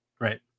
Right